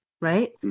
right